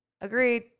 agreed